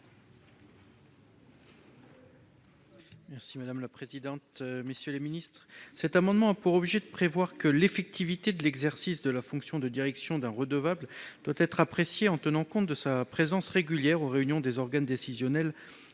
: La parole est à M. Ronan Le Gleut. Cet amendement a pour objet de prévoir que l'effectivité de l'exercice de la fonction de direction d'un redevable doit être appréciée en tenant compte de sa présence régulière aux réunions des organes décisionnels